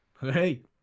hey